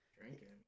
Drinking